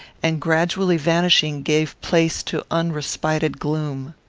and, gradually vanishing, gave place to unrespited gloom.